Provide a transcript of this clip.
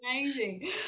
amazing